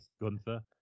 gunther